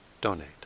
donate